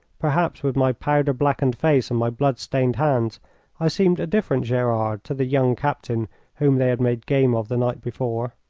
perhaps with my powder-blackened face and my blood-stained hands i seemed a different gerard to the young captain whom they had made game of the night before.